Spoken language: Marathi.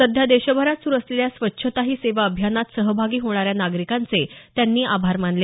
सध्या देशभरात सुरू असलेल्या स्वच्छता ही सेवा अभियानात सहभागी होणाऱ्या नागरिकांचे त्यांनी आभार मानले